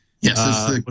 Yes